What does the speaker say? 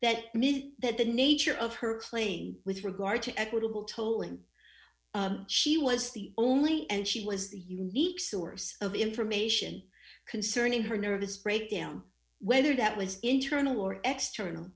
miss that the nature of her playing with regard to equitable tolling she was the only and she was the unique source of information concerning her nervous breakdown whether that was internal or external